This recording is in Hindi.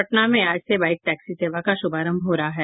पटना में आज से बाईक टैक्सी सेवा का शुभारंभ हो रहा है